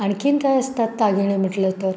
आणखी काय असतात दागिने म्हटलंच तर